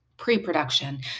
pre-production